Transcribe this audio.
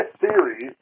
series